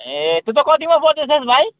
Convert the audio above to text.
ए तँ त कतिमा पढ्दैछस् भाइ